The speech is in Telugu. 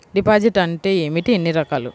డిపాజిట్ అంటే ఏమిటీ ఎన్ని రకాలు?